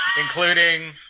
including